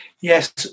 Yes